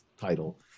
title